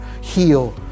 Heal